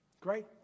Great